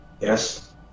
Yes